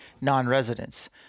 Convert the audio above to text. non-residents